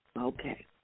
Okay